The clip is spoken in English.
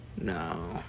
no